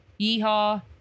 Yeehaw